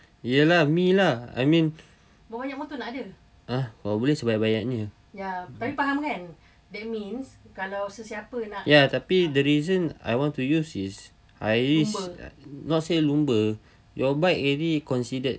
ya lah me lah I mean ha kalau boleh sebanyak-banyaknya ya tapi the reason I want to use is ayie's not say lumba your bike considered